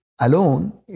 alone